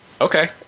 Okay